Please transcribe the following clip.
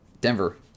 Denver